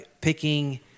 picking